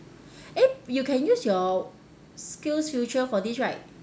eh you can use your skills future for this right